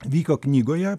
vyko knygoje